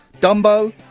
Dumbo